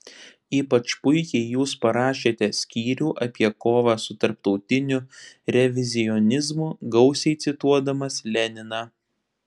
ypač puikiai jūs parašėte skyrių apie kovą su tarptautiniu revizionizmu gausiai cituodamas leniną